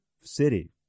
city